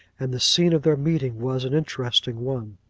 and the scene of their meeting was an interesting one.